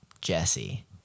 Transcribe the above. Jesse